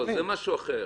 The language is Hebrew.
זה משהו אחר.